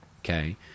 Okay